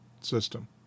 system